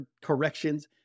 corrections